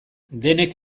denek